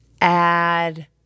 add